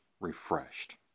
refreshed